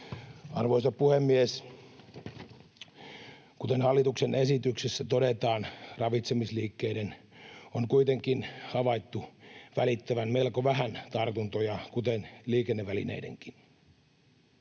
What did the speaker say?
Arvoisa puhemies! Kuten hallituksen esityksessä todetaan, ravitsemisliikkeiden on kuitenkin havaittu välittävän melko vähän tartuntoja, kuten liikennevälineidenkin.